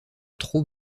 trop